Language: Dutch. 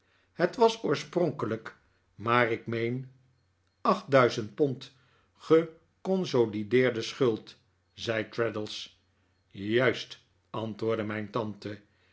het was oorspronkelijk maar ik meen acht duizend pond geconsolideerde schuld zei traddles juist antwoordde mijn tante